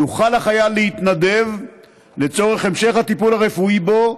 יוכל החייל להתנדב לצורך המשך הטיפול הרפואי בו,